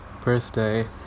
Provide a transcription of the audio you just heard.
birthday